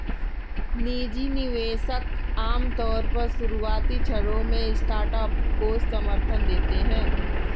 निजी निवेशक आमतौर पर शुरुआती क्षणों में स्टार्टअप को समर्थन देते हैं